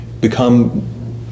become